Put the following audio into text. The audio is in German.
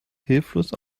hilflos